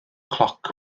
cloc